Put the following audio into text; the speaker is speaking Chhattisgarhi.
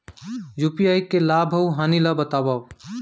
यू.पी.आई के लाभ अऊ हानि ला बतावव